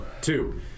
Two